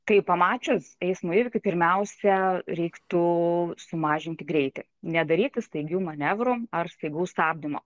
kai pamačius eismo įvykį pirmiausia reiktų sumažinti greitį nedaryti staigių manevrų ar staigaus stabdymo